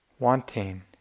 wanting